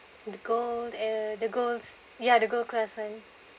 the gold uh the golds ya the gold class one